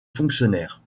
fonctionnaires